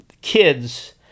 kids